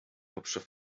hauptstadt